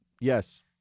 Yes